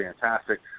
fantastic